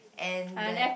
and that